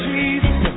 Jesus